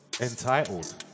Entitled